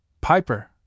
Piper